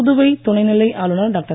புதுவை துணைநிலை ஆளுனர் டாக்டர்